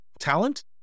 talent